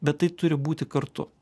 bet tai turi būti kartu